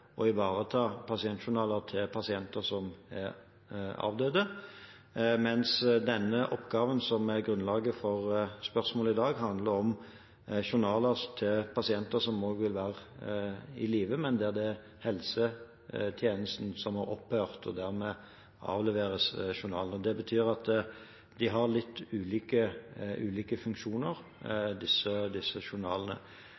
grunnlaget for spørsmålet i dag, handler om journaler til pasienter som vil være i live, men der helsetjenesten har opphørt, og dermed avleveres journalene. Det betyr at disse journalene har litt ulike funksjoner.